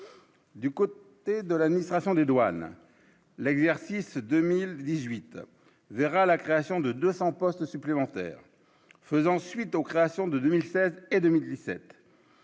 Du côté de l'administration des douanes l'exercice 2018 verra la création de 200 postes supplémentaires, faisant suite aux créations de 2007 et 2007,